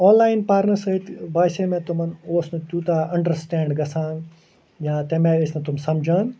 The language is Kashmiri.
آن لایِن پرنس سۭتۍ باسے مےٚ تِمن اوس نہٕ تیوٗتاہ انٛڈرسِٹینٛڈ گَژھان یا تَمہِ آیہِ ٲسۍ نہٕ تِم سمجھان